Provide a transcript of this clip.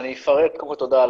נדונים ויידונו בוועדת כלכלה,